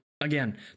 again